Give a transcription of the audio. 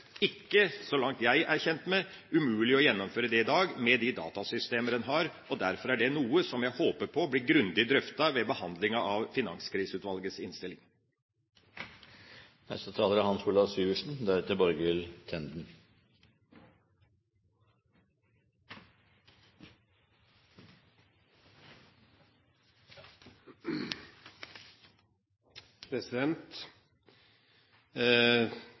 ikke, så langt jeg vet, umulig å gjennomføre det i dag med de datasystemer en har. Derfor er det noe som jeg håper på blir grundig drøftet ved behandlinga av Finanskriseutvalgets